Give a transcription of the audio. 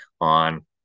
on